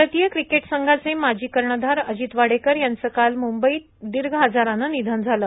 भारतीय क्रिकेट संघाचे माजी कर्णधार अजित वाडेकर यांचं काल मुंबई इथं दीर्घ आजारानं निधन झालं